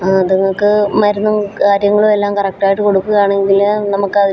അതങ്ങക്ക് മരുന്നും കാര്യങ്ങളു എല്ലാം കറക്റ്റ് ആയിട്ട് കൊടുക്കുകയാണെങ്കില് നമുക്കതിനെ